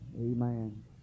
Amen